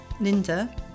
linda